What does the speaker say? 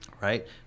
Right